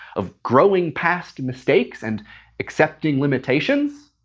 of growing past mistakes and accepting limitations?